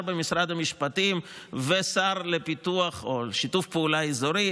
במשרד המשפטים ושר לשיתוף פעולה אזורי,